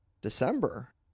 December